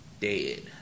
Dead